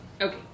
Okay